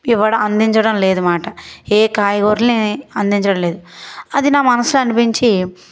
ఇవ్వడం అందించడం లేదుమాట ఏ కాయగూరల్ని అందించడం లేదు అది నా మనసులో అనిపించి